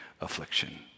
affliction